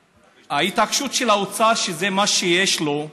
ההתעקשות של האוצר, שזה מה שיש לו,